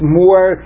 more